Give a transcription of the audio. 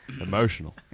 Emotional